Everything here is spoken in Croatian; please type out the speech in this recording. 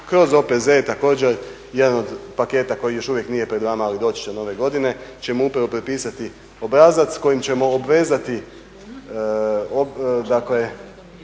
kroz OPZ, također jedan od paketa koji još uvijek nije pred vama ali doći će do nove godine, ćemo upravo prepisati obrazac s kojim ćemo obvezati